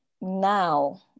now